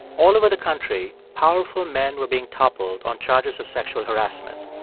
all over the country powerful men were being toppled on charges of sexual harassment.